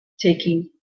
taking